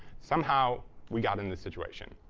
somehow we got in this situation.